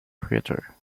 creator